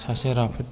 सासे राफोद